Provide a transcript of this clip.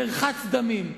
מרחץ דמים.